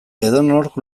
edonork